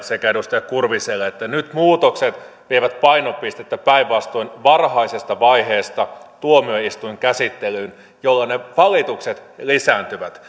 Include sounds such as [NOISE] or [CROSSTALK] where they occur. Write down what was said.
sekä edustaja kurviselle että nyt muutokset vievät painopistettä päinvastoin varhaisesta vaiheesta tuomioistuinkäsittelyyn jolloin ne valitukset lisääntyvät [UNINTELLIGIBLE]